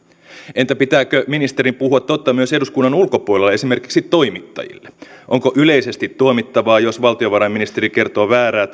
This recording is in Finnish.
entä pitääkö ministerin puhua totta myös eduskunnan ulkopuolella esimerkiksi toimittajille onko yleisesti tuomittavaa jos valtiovarainministeri kertoo väärää